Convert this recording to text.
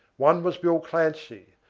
one was bill clancy,